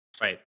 right